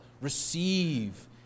receive